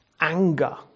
anger